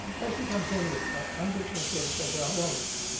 um patient comes in with undifferentiated febrile illness,